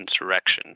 insurrection